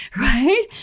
right